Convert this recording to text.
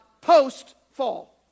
post-fall